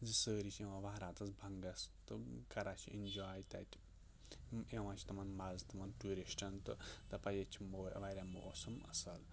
زِ سٲری چھِ یِوان وَہراتَس بنٛگھَس تہٕ کَران چھِ ایٚنجواے تَتہِ یِوان چھِ تِمَن مَزٕ تِمَن ٹوٗرِسٹَن تہٕ دَپان ییٚتہِ چھِ واریاہ موسم اصٕل